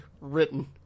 written